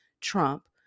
Trump